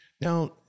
Now